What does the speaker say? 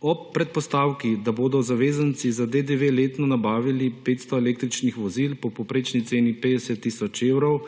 Ob predpostavki, da bodo zavezanci za DDV letno nabavili 500 električnih vozil po povprečni ceni 50 tisoč evrov,